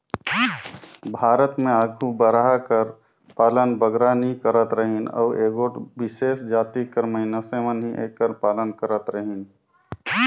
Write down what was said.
भारत में आघु बरहा कर पालन बगरा नी करत रहिन अउ एगोट बिसेस जाति कर मइनसे मन ही एकर पालन करत रहिन